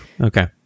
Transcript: Okay